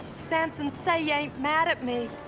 samson, say you ain't mad at me.